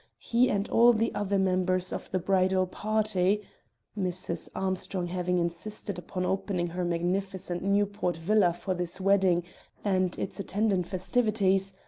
he and all the other members of the bridal party mrs. armstrong having insisted upon opening her magnificent newport villa for this wedding and its attendant festivities,